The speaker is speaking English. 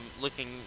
Looking